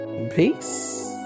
Peace